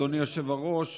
אדוני היושב-ראש,